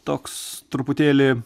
toks truputėlį